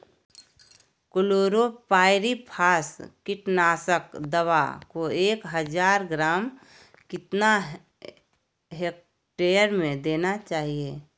Chlorpyrifos कीटनाशक दवा को एक हज़ार ग्राम कितना हेक्टेयर में देना चाहिए?